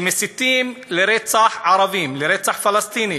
שמסיתים לרצח ערבים, לרצח פלסטינים,